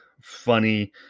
funny